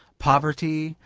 poverty,